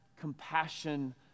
compassion